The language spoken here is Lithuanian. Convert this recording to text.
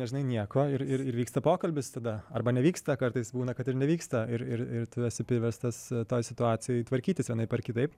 nežinai nieko ir ir vyksta pokalbis tada arba nevyksta kartais būna kad ir nevyksta ir ir tu esi priverstas toj situacijoj tvarkytis vienaip ar kitaip